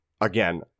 Again